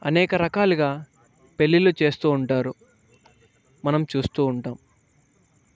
అనేక రకాలుగా పెళ్ళిళ్ళు చేస్తూ ఉంటారు మనం చూస్తూ ఉంటాము